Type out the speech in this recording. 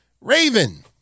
Raven